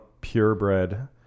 purebred